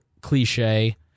cliche